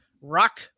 Rock